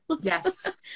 Yes